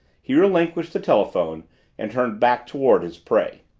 he relinquished the telephone and turned back toward his prey.